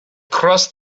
crossed